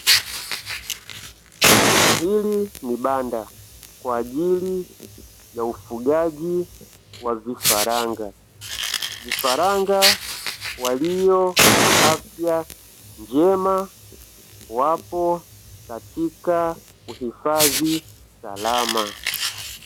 Hili ni banda kwa ajili ya ufugaji wa vifaranga. Vifaranga walio na afya njema wapo katika uhifadhi salama.